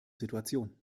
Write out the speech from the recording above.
situation